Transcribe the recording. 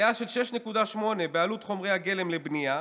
עלייה של 6.8% בעלות חומרי הגלם לבנייה,